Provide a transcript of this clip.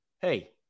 Hey